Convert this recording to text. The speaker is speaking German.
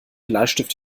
bleistift